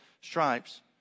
stripes